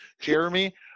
Jeremy